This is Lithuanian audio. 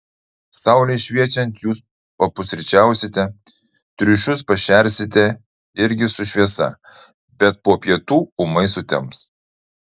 saulei šviečiant jūs papusryčiausite triušius pašersite irgi su šviesa bet po pietų ūmai sutems